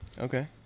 Okay